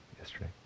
yesterday